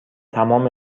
تمام